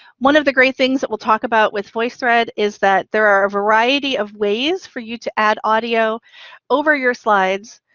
one of the great things that we'll talk about with voicethread is that there are a variety of ways for you to add audio over your slides.